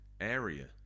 area